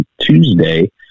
Tuesday